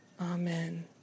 amen